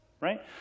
right